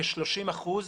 כ-30 אחוזים